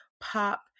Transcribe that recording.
pop